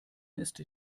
ist